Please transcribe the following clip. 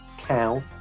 cow